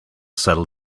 settle